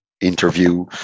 interview